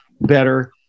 better